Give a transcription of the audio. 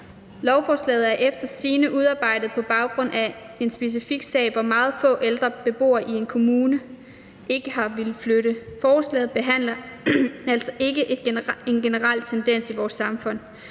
Lovforslaget er efter sigende udarbejdet på baggrund af en specifik sag, hvor meget få ældre beboere i en kommune ikke har villet flytte. Forslaget behandler altså ikke en generel tendens i vores samfund.